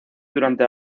durante